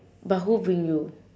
but who bring you